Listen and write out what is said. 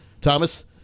Thomas